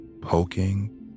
poking